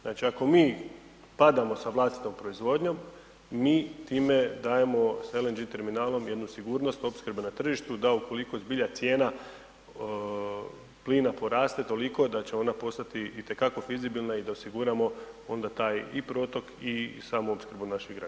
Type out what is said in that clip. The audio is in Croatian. Znači ako mi padamo sa vlastitom proizvodnjom, mi time dajemo s LNG terminalom jednu sigurnost opskrbe na tržištu da ukoliko zbilja cijena plina poraste toliko, da će ona postati itekako fizibilna i da osiguramo onda taj i protok i samo opskrbu naših građana.